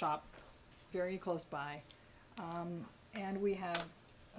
shop very close by and we have